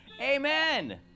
amen